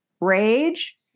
rage